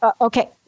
Okay